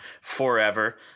forever